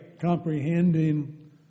comprehending